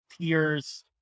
tears